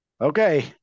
Okay